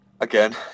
again